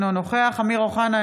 אינו נוכח אמיר אוחנה,